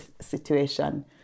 situation